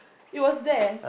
it was there